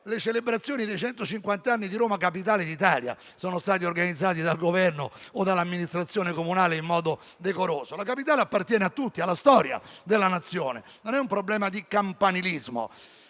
le celebrazioni dei centocinquanta anni di Roma Capitale d'Italia sono state organizzate dal Governo o dall'amministrazione comunale in modo decoroso. La Capitale appartiene a tutti, alla storia della Nazione: non è un problema di campanilismo.